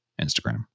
instagram